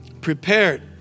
prepared